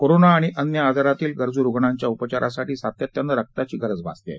corona आणि अन्य आजारांतील गरजू रुणांच्या उपचारासाठी सातत्याने रकाची गरज भासत आहे